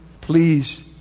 Please